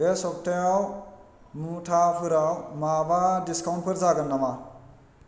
बे सप्तायाव मुथाफोराव माबा डिसकाउन्टफोर जागोन नामा